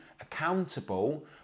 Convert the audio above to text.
accountable